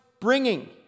bringing